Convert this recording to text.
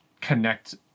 connect